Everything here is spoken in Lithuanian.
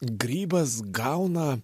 grybas gauna